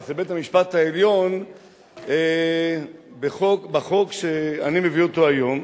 לבית-המשפט העליון בחוק שאני מביא היום,